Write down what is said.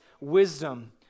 wisdom